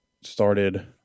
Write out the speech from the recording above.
started